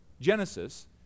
Genesis